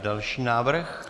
Další návrh.